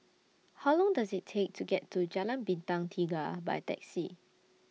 How Long Does IT Take to get to Jalan Bintang Tiga By Taxi